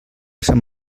sant